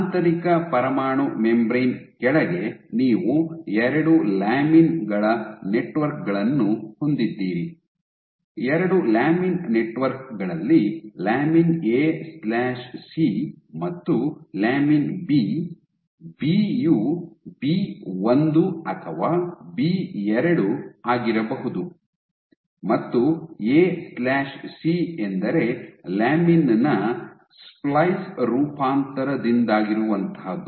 ಆಂತರಿಕ ಪರಮಾಣು ಮೆಂಬ್ರೇನ್ ಕೆಳಗೆ ನೀವು ಎರಡು ಲ್ಯಾಮಿನ್ ಗಳ ನೆಟ್ವರ್ಕ್ ಗಳನ್ನು ಹೊಂದಿದ್ದೀರಿ ಎರಡು ಲ್ಯಾಮಿನ್ ನೆಟ್ವರ್ಕ್ ಗಳಲ್ಲಿ lamin A C lamin AC ಮತ್ತು ಲ್ಯಾಮಿನ್ ಬಿ ಬಿ ಬಿ ಒಂದು ಅಥವಾ ಬಿ ಎರಡು ಆಗಿರಬಹುದು ಮತ್ತು ಎಸಿ AC ಎಂದರೆ ಲ್ಯಾಮಿನ್ ನ ಸ್ಪ್ಲೈಸ್ ರೂಪಾಂತರದಿಂದಾಗಿರುವಂಥಹುದು